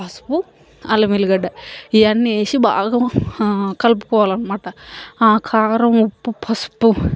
పసుపు అల్లం వెల్లిగడ్డ ఇయన్నీ ఏసి బాగా కలుపుకోవాలి అనమాట ఆ కారం ఉప్పు పసుపు